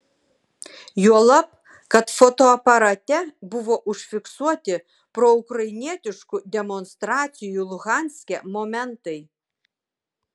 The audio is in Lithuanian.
juolab kad fotoaparate buvo užfiksuoti proukrainietiškų demonstracijų luhanske momentai